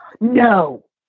No